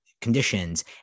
conditions